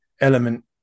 element